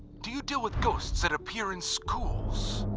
do you deal with ghosts that appear in schools?